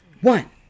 one